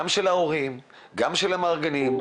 גם של ההורים וגם של המארגנים.